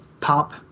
pop